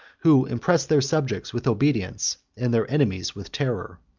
who impressed their subjects with obedience and their enemies with terror.